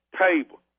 table